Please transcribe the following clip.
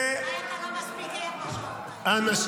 אולי אתה לא מספיק ער בשעות האלה.